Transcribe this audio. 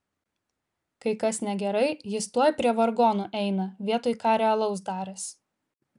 kai kas negerai jis tuoj prie vargonų eina vietoj ką realaus daręs